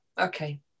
okay